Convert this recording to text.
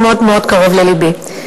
שמאוד מאוד קרוב ללבי.